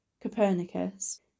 Copernicus